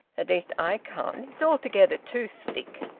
at least, i can't it's altogether too thick!